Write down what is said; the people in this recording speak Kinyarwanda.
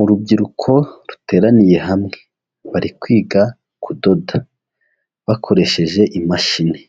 Urubyiruko ruteraniye hamwe bari kwiga kudoda bakoresheje imashini,